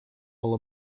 while